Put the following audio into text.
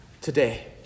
today